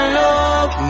love